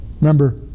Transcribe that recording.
remember